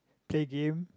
play game